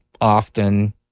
often